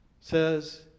says